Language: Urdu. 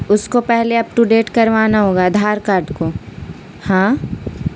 اس کو پہلے اپ ٹو ڈیٹ کروانا ہوگا آدھار کارڈ کو ہاں